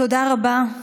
תודה רבה.